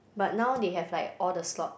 but now they have like all the slots